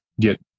get